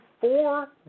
four